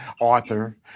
author